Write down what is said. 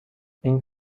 این